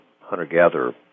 hunter-gatherer